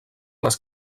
les